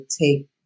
take